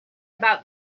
about